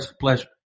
pleasure